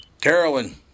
carolyn